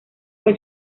fue